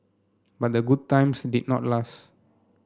but the good times did not last